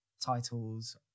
titles